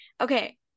okay